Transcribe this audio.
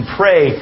pray